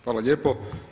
Hvala lijepo.